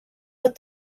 but